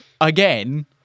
again